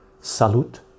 salute